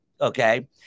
okay